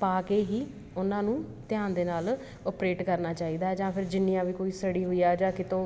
ਪਾ ਕੇ ਹੀ ਉਹਨਾਂ ਨੂੰ ਧਿਆਨ ਦੇ ਨਾਲ ਔਪਰੇਟ ਕਰਨਾ ਚਾਹੀਦਾ ਜਾਂ ਫਿਰ ਜਿੰਨੀਆਂ ਵੀ ਕੋਈ ਸੜੀ ਹੋਈ ਆ ਜਾਂ ਕਿਤੋਂ